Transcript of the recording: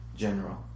general